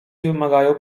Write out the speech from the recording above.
wymagają